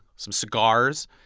some cigars.